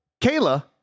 Kayla